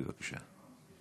בבקשה.